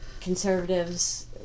Conservatives